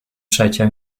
przecie